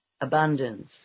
abundance